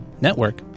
network